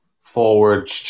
forward